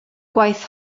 gwaith